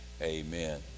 amen